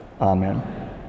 Amen